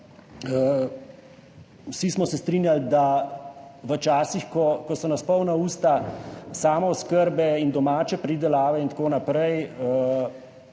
Vsi smo se strinjali, da so v časih, ko so nas polna usta samooskrbe in domače pridelave in tako naprej,